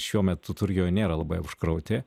šiuo metu turkijoj nėra labai užkrauti